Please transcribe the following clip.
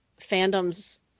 fandoms